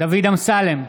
דוד אמסלם,